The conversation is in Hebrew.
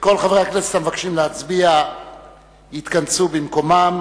כל חברי הכנסת המבקשים להצביע יתכנסו במקומם.